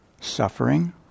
suffering